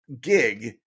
gig